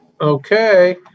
Okay